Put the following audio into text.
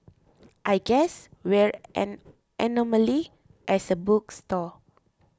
I guess we're an anomaly as a bookstore